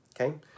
okay